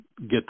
get